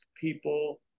people